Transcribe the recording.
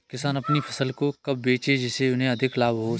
किसान अपनी फसल को कब बेचे जिसे उन्हें अधिक लाभ हो सके?